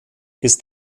ist